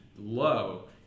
low